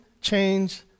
change